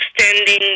standing